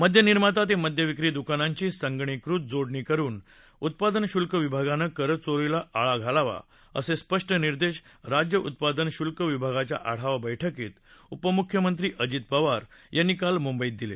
मद्यनिर्माता ते मद्यविक्री दुकानांची संगणकीकृत जोडणी करुन उत्पादन शुल्क विभागानं करचोरीला आळा घालावा असे स्पष्ट निर्देश राज्य उत्पादन शुल्क विभागाच्या आढावा बर्क्कीत उपमुख्यमंत्री अजित पवार यांनी काल मुंबईत दिले